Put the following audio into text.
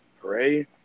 pray